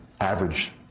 average